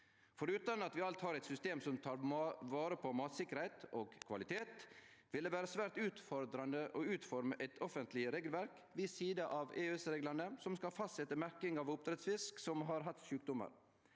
Forutan at vi alt har eit system som tek vare på matsikkerheit og kvalitet, vil det vere svært utfordrande å utforme eit offentleg regelverk – ved sida av EØS-reglane – som skal fastsetje merking av oppdrettsfisk som har hatt sjukdomar.